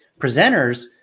presenters